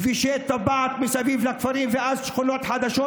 כבישי טבעת מסביב לכפרים ואז שכונות חדשות,